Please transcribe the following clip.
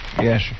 Yes